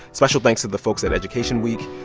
special thanks to the folks at education week.